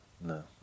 No